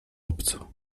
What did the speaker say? obco